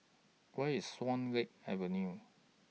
Where IS Swan Lake Avenue